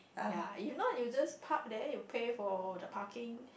ya if not you just park there you pay for the parking